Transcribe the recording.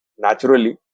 naturally